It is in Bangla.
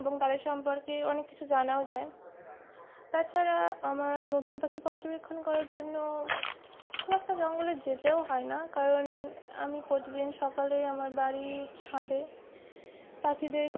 এবং তাদের সম্পর্কে অনেক কিছু জানাও যায় তাছাড়া আমার নতুন পাখি পর্যবেক্ষণ করার জন্য খুব একটা জঙ্গলে যেতেও হয় না কারণ আমি প্রতিদিন সকালে আমার বাড়ি ছাঁদে পাখিদের